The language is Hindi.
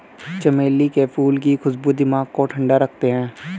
चमेली के फूल की खुशबू दिमाग को ठंडा रखते हैं